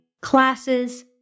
classes